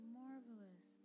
marvelous